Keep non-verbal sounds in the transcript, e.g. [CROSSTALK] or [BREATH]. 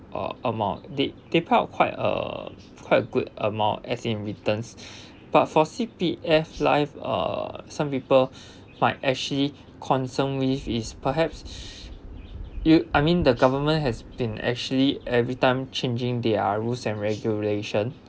uh amount they deployed uh quite a quite a good amount as in returns [BREATH] but for C_P_F life uh some people might actually concerned with is perhaps you I mean the government has been actually every time changing their rules and regulation